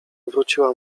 wróciła